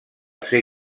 ser